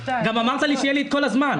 גם אמרת לי שיהיה לי את כל הזמן.